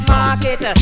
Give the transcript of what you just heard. market